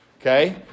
Okay